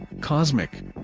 cosmic